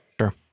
Sure